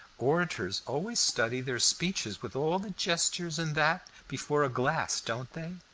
orators always study their speeches, with all the gestures and that, before a glass, don't they?